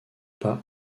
pas